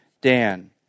Dan